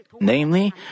Namely